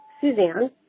Suzanne